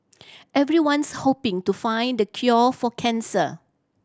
everyone's hoping to find the cure for cancer